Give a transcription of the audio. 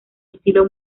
estilo